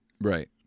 Right